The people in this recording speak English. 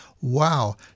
Wow